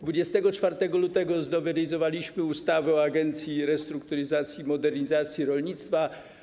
24 lutego znowelizowaliśmy ustawę o Agencji Restrukturyzacji i Modernizacji Rolnictwa.